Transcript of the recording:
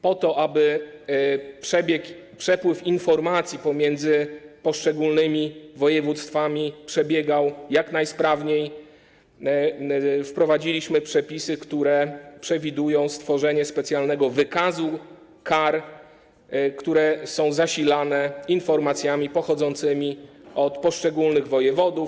Po to, aby przepływ informacji pomiędzy poszczególnymi województwami przebiegał jak najsprawniej, wprowadziliśmy przepisy, które przewidują stworzenie specjalnego wykazu kar, który jest zasilany informacjami pochodzącymi od poszczególnych wojewodów.